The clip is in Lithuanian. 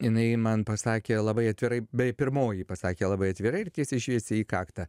jinai man pasakė labai atvirai beje ji pirmoji pasakė labai atvirai ir tiesiai šviesiai į kaktą